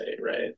right